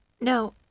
No